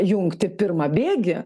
jungti pirmą bėgį